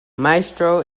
maestro